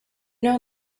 know